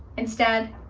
instead,